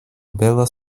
bela